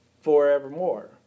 forevermore